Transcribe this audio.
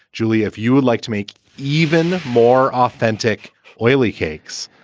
julie, if you would like to make even more authentic oily cakes,